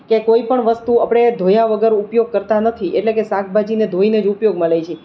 કે કોઈપણ વસ્તુ આપણે ધોયા વગર ઉપયોગ કરતાં નથી એટલે કે શાકભાજીને ધોઈને જ ઉપયોગમાં લઈએ છે